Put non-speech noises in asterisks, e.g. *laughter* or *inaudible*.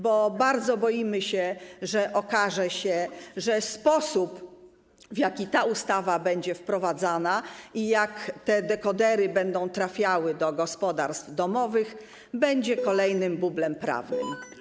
bo bardzo boimy się, że okaże się, że sposób, w jaki ta ustawa będzie wprowadzana i w jaki te dekodery będą trafiały do gospodarstw domowych, *noise* będzie kolejnym bublem prawnym.